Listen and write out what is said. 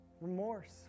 remorse